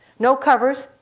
no covers,